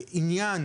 עניין,